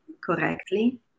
correctly